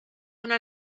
una